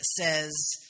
says